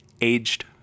aged